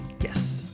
yes